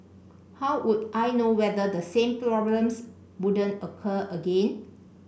how would I know whether the same problems wouldn't occur again